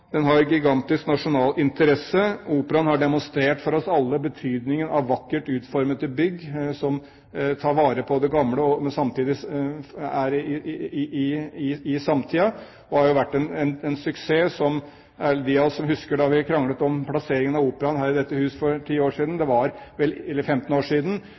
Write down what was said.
Den har gigantisk nasjonal interesse. Operaen har demonstrert for oss alle betydningen av vakkert utformete bygg, som tar vare på det gamle og samtidig er i samtiden. Det har vært en suksess. De av oss som husker hvordan vi kranglet om plasseringen av Operaen her i dette hus for 15 år siden,